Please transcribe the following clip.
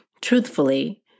Truthfully